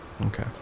Okay